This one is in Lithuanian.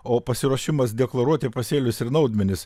o pasiruošimas deklaruoti pasėlius ir naudmenis